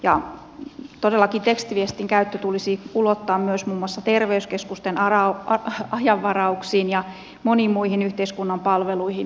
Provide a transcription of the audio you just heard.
ja todellakin tekstiviestin käyttö tulisi ulottaa myös muun muassa terveyskeskusten ajanvarauksiin ja moniin muihin yhteiskunnan palveluihin